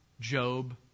Job